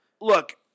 Look